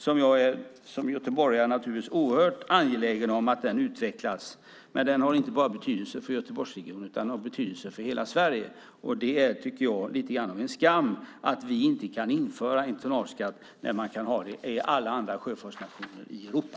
Som göteborgare är jag oerhört angelägen om att denna näring utvecklas, men den har inte bara betydelse för Göteborgsregionen, utan den har betydelse för hela Sverige. Jag tycker att det är lite grann av en skam att vi inte kan införa en tonnageskatt när man kan ha det i alla andra sjöfartsnationer i Europa.